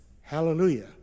Hallelujah